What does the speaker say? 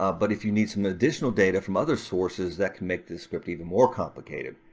um but if you need some additional data from other sources, that can make this script even more complicated.